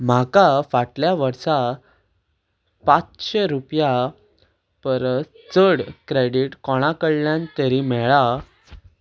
म्हाका फाटल्या वर्सा पांचशें रुपया परस चड क्रॅडीट कोणा कडल्यान तरी मेळ्ळा